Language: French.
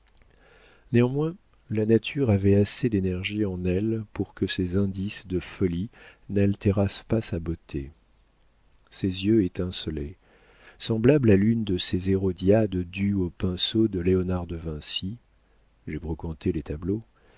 néanmoins la nature avait assez d'énergie en elle pour que ces indices de folie n'altérassent pas sa beauté ses yeux étincelaient semblable à l'une de ces hérodiades dues au pinceau de léonard de vinci j'ai brocanté les tableaux